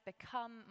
become